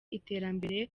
iterambere